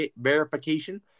verification